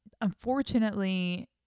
Unfortunately